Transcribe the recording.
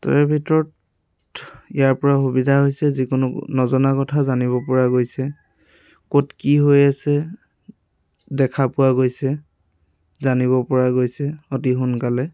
তাৰ ভিতৰত ইয়াৰপৰা সুবিধা হৈছে যিকোনো নজনা কথা জানিবপৰা গৈছে ক'ত কি হৈ আছে দেখা পোৱা গৈছে জানিবপৰা গৈছে অতি সোনকালে